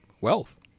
wealth